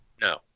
no